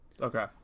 okay